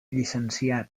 llicenciat